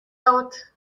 out